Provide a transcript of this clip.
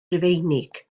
rufeinig